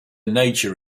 nature